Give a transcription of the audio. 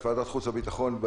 ועדת החוץ והביטחון,